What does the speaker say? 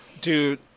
Dude